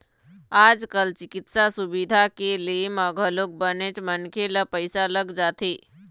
आज कल चिकित्सा सुबिधा के ले म घलोक बनेच मनखे ल पइसा लग जाथे